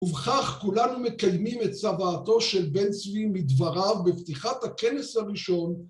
ובכך כולנו מקיימים את צוואתו של בן צבי מדבריו בפתיחת הכנס הראשון